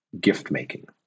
gift-making